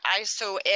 ISO